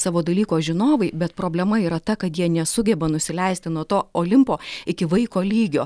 savo dalyko žinovai bet problema yra ta kad jie nesugeba nusileisti nuo to olimpo iki vaiko lygio